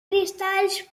cristalls